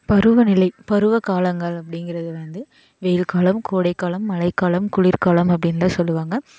பருவநிலை பருவகாலங்கள் அப்படிங்கிறது வந்து வெயில் காலம் கோடைக்காலம் மழைக்காலம் குளிர்காலம் அப்படின் தான் சொல்லுவாங்க